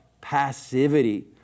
passivity